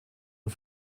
und